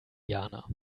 jana